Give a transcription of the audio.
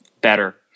better